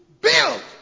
build